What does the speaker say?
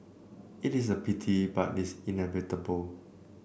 it is a pity but it's inevitable